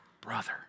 brother